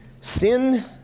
Sin